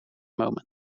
moment